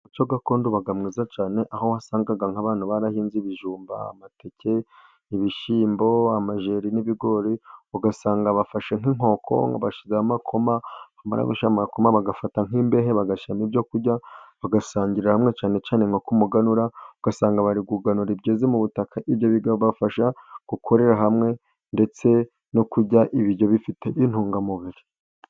Umuco gakondo uba mwiza cyane aho wasangaga nk'abantu barahinze ibijumba, amateke, ibishyimbo, amajeri n'ibigori, ugasanga bafashe nk'inkoko bashyizeho amakoma bamara gushyiraho amakoma, bagafata nk'imbehe bagashyiramo ibyo kurya bagasangirira hamwe, cyane cyane nko k'umuganura ugasanga bari gu kuganura ibyeze mu butaka, ibyo bikabafasha gukorera hamwe ndetse no kurya ibiryo bifite intungamubiri.